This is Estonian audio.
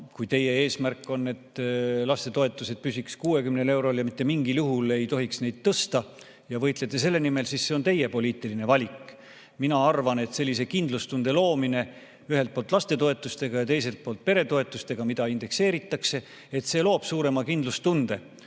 kui teie eesmärk on, et lastetoetused püsiks 60 eurol ja mitte mingil juhul ei tohiks neid tõsta, ja võitlete selle nimel, siis see on teie poliitiline valik. Mina arvan, et sellise kindlustunde loomine ühelt poolt lastetoetustega ja teiselt poolt peretoetustega, mida indekseeritakse, loob suurema kindlustunde.